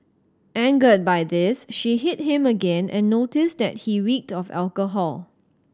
angered by this she hit him again and noticed that he reeked of alcohol